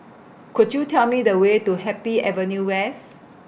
Could YOU Tell Me The Way to Happy Avenue West